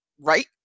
right